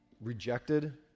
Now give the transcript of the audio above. rejected